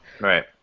Right